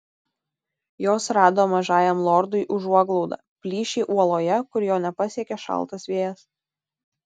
jos rado mažajam lordui užuoglaudą plyšį uoloje kur jo nepasiekė šaltas vėjas